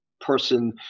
person